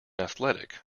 athletic